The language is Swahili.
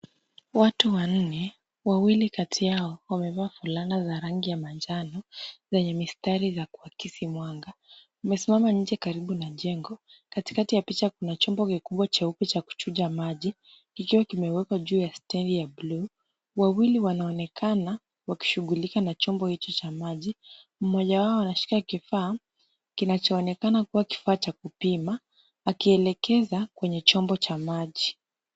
Watu wanne, wawili kati yao wamevaa fulana za rangi ya manjano zenye mistari za kuakisi mwanga. Wamesimama nje karibu na jengo, katikati ya picha kuna chombo kikubwa cheupe cha kuchuja maji kikiwa kimewekwa juu ya stendi ya bluu. Wawili wanaonekana wakishughulika na chombo hicho cha maji, mmoja wao anashika kifaa kinachoonekana kuwa kifaa cha kupima, akielekeza kwenye chombo cha maji.